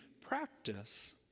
practice